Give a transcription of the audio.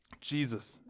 Jesus